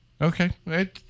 Okay